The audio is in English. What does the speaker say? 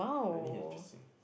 I think interesting